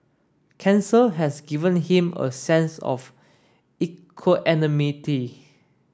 cancer has given him a sense of equanimity